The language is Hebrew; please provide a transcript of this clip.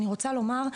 אני רוצה לומר,